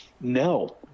No